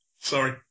Sorry